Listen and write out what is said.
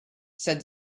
said